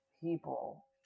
People